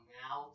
now